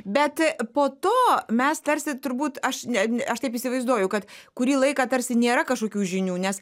bet po to mes tarsi turbūt aš ne aš taip įsivaizduoju kad kurį laiką tarsi nėra kažkokių žinių nes